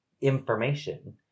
information